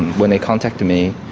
when they contacted me,